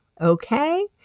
Okay